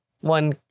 one